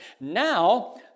Now